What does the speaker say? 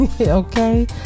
okay